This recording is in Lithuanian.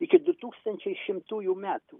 iki du tūkstančiai šimtųjų metų